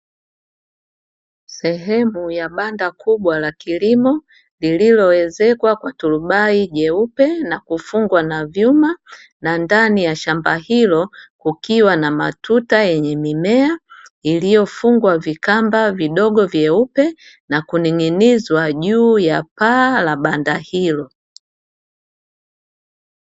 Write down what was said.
Sehemu ya banda kubwa la kilimo, lililowezekwa kwa turubai jeupe na kufungwa na vyuma, na ndani ya shamba hilo kukiwa na matuta yenye mimea, iliyofungwa vikamba vidogo vyeupe, na kuning'inizwa juu ya paa la banda hilo.